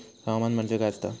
हवामान म्हणजे काय असता?